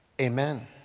Amen